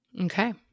Okay